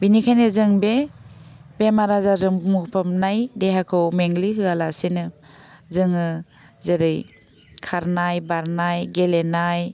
बिनिखायनो जों बे बेमार आजारजों बुंफबनाय देहाखौ मेंग्लिहोया लासेनो जोङो जेरै खारनाय बारनाय गेलेनाय